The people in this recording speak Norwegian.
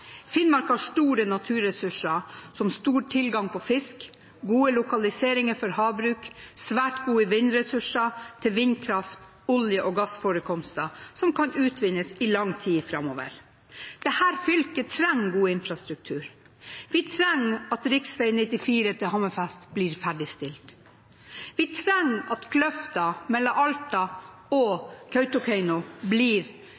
Finnmark har store naturressurser, som stor tilgang på fisk, gode lokaliseringer for havbruk, svært gode vindressurser til vindkraft, og olje og gassforekomster som kan utvinnes i lang tid framover. Dette fylket trenger god infrastruktur. Vi trenger at rv. 94 til Hammerfest blir ferdigstilt. Vi trenger at Kløfta mellom Alta og Kautokeino blir